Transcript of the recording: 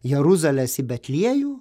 jeruzalės į betliejų